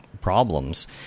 problems